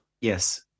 Yes